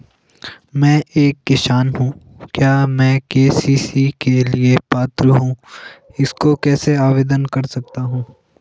मैं एक किसान हूँ क्या मैं के.सी.सी के लिए पात्र हूँ इसको कैसे आवेदन कर सकता हूँ?